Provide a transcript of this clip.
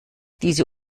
diese